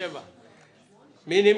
מי נגד?